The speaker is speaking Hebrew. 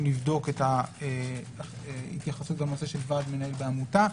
לבדוק את ההתייחסות לנושא של ועד מנהל בעמותה.